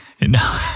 No